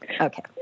Okay